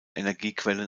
energiequellen